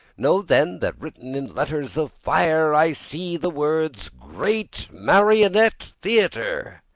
know, then, that written in letters of fire i see the words great marionette theater.